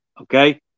Okay